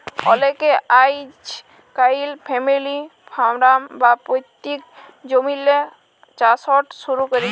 অলেকে আইজকাইল family farm বা পৈত্তিক জমিল্লে চাষট শুরু ক্যরছে